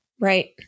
Right